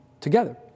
together